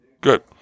good